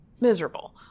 miserable